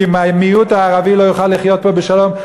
כי אם המיעוט הערבי לא יוכל לחיות פה בשלום,